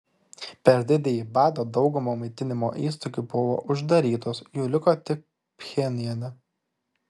per didįjį badą dauguma maitinimo įstaigų buvo uždarytos jų liko tik pchenjane